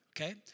okay